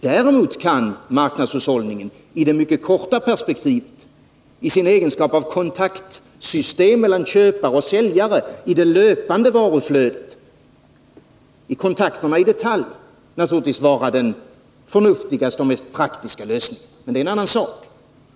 Däremot kan marknadshushållningen i det mycket korta perspektivet, i sin egenskap av kontaktsystem mellan köpare och säljare, i det löpande varuflödet och i kontakterna i detaljer, naturligtvis vara den förnuftigaste och mest praktiska lösningen. Men det är en annan sak.